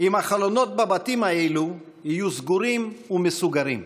אם החלונות בבתים האלה יהיו סגורים ומסוגרים,